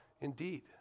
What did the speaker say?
indeed